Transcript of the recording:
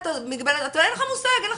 אין לך מושג,